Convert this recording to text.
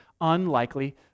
unlikely